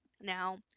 Now